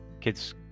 Kids